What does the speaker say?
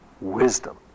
wisdom